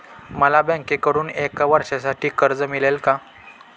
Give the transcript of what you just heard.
मला बँकेकडून एका वर्षासाठी कर्ज मिळेल का?